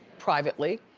privately,